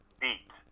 beat